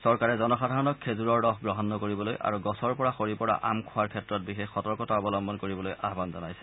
চৰকাৰে জনসাধাৰণক খেজুৰৰ ৰস গ্ৰহণ নকৰিবলৈ আৰু গছৰ পৰা সৰিপৰা আম খোৱাৰ ক্ষেত্ৰত বিশেষ সতৰ্কতা অৱলম্বন কৰিবলৈ আয়ান জনাইছে